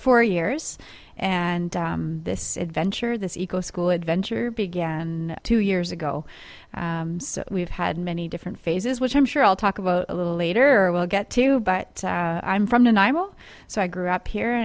four years and this adventure this eco school adventure began two years ago so we've had many different phases which i'm sure i'll talk about a little later we'll get to but i'm from and i'm all so i grew up here